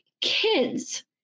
kids